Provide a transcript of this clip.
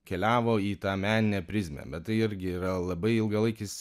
keliavo į tą meninę prizmę bet tai irgi yra labai ilgalaikis